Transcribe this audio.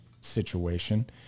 situation